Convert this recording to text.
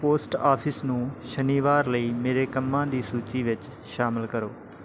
post office ਨੂੰ ਸ਼ਨੀਵਾਰ ਲਈ ਮੇਰੇ ਕੰਮਾਂ ਦੀ ਸੂਚੀ ਵਿੱਚ ਸ਼ਾਮਲ ਕਰੋ